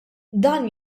dan